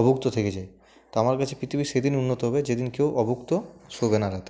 অভুক্ত থেকে যায় তাদের কাছে পৃথিবী সেদিন উন্নত হবে যেদিন কেউ অভুক্ত শোবে না রাতে